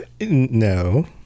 No